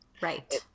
Right